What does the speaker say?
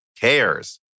cares